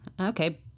Okay